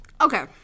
Okay